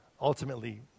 ultimately